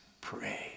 pray